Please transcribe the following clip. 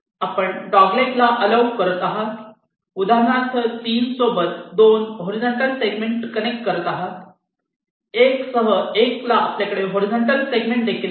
आपण dog leg ना allow करत आहात उदाहरणार्थ 3 सोबत 2 हॉरीझॉन्टल सेगमेंट कनेक्ट करत आहात 1 सह 1 आपल्याकडे 2 हॉरीझॉन्टल सेगमेंट देखील आहेत